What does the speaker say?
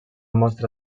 mostra